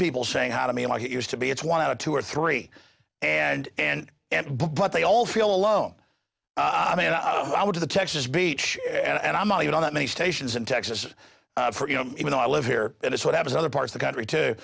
people saying hi to me like it used to be it's one out of two or three and and and but they all feel alone i mean i would do the texas beach and i'm out on that many stations in texas for you know even though i live here that is what has other part of the country to